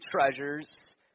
treasures